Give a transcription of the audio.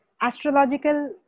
astrological